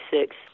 six